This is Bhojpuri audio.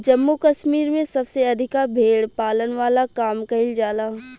जम्मू कश्मीर में सबसे अधिका भेड़ पालन वाला काम कईल जाला